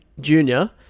junior